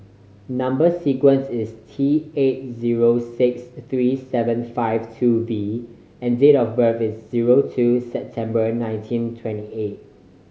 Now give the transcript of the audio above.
number sequence is T eight zero six three seven five two V and date of birth is zero two September nineteen twenty eight